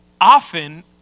often